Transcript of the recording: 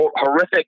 horrific